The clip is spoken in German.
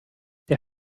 der